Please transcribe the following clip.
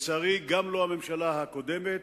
לצערי לא הממשלה הקודמת,